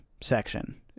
section